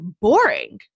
boring